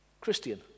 Christian